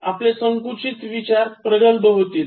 आपले संकुचित विचार प्रगल्भ होतील